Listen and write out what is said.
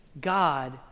god